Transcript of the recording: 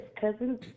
cousin's